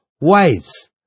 Wives